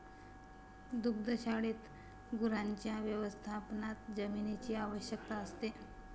दुग्धशाळेत गुरांच्या व्यवस्थापनात जमिनीची आवश्यकता असते